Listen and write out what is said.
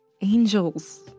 Angels